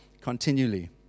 continually